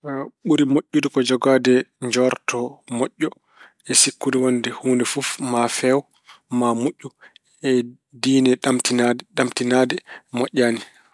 Ɓuri moƴƴude ko jogaade njoorto moƴƴo e sikkude wonde huunde fof maa feew, maa moƴƴu e diine ɗamtinaade. Ɗamtinaade, moƴƴaani.